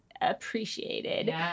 appreciated